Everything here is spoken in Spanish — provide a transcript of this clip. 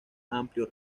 amplio